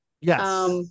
yes